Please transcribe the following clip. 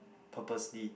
purposely